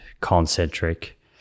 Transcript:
concentric